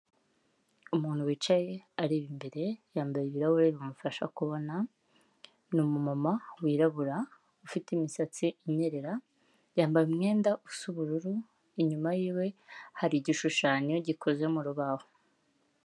Umuntu wicaye areba imbere, yambaye ibirahure bimufasha kubona. Ni umu mama wirabura ufite imisatsi inyerera, yambaye umwenda usa ubururu. Inyuma ye hari igishushanyo gikozwe mu rubaho.